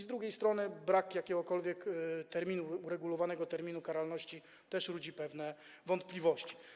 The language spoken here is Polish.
Z drugiej strony brak jakiegokolwiek uregulowanego terminu karalności też budzi pewne wątpliwości.